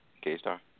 K-Star